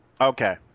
okay